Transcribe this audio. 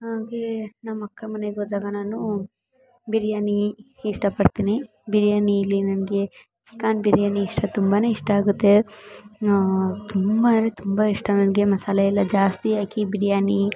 ಹಾಗೆ ನಮ್ಮಕ್ಕ ಮನೆಗೋದಾಗ ನಾನು ಬಿರಿಯಾನಿ ಇಷ್ಟಪಡ್ತೀನಿ ಬಿರಿಯಾನಿಯಲ್ಲಿ ನನಗೆ ಚಿಕನ್ ಬಿರಿಯಾನಿ ಇಷ್ಟ ತುಂಬಾ ಇಷ್ಟ ಆಗುತ್ತೆ ತುಂಬ ಅಂದರೆ ತುಂಬಾ ಇಷ್ಟ ನನಗೆ ಮಸಾಲೆ ಎಲ್ಲ ಜಾಸ್ತಿ ಹಾಕಿ ಬಿರಿಯಾನಿ